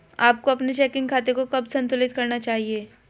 आपको अपने चेकिंग खाते को कब संतुलित करना चाहिए?